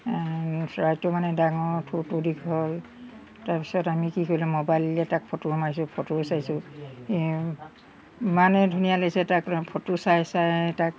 চৰাইটো মানে ডাঙৰ থুটটো দীঘল তাৰপিছত আমি কি কৰিলোঁ মোবাইল ওলিয়াই তাক ফটো মাৰিছোঁ ফটোও চাইছোঁ ইমানে ধুনীয়া লাগিছে তাক ফটো চাই চাই তাক